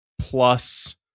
plus